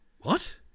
What